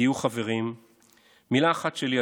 תהיו חברים,/ מילה אחת שלי,